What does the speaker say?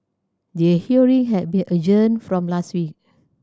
the hearing had been adjourned from last week